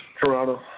Toronto